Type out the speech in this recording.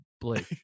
Blake